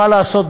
מה לעשות,